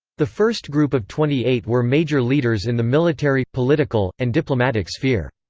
the first group of twenty eight were major leaders in the military, political, and diplomatic sphere.